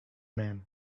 man